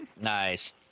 Nice